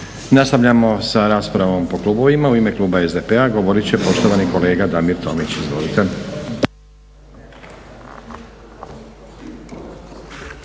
Nastavljamo sa raspravom po klubovima. U ime kluba SDP-a govorit će poštovani kolega Damir Tomić. Izvolite.